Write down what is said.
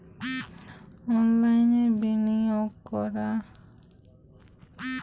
অনলাইনে বিনিয়োগ করা যাবে কি?